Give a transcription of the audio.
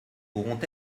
pourront